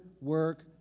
work